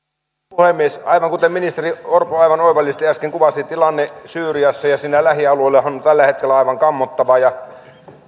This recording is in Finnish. puhemies aivan kuten ministeri orpo aivan oivallisesti äsken kuvasi tilanne syyriassa ja siinä lähialueillahan on tällä hetkellä aivan kammottava euroopan unionilla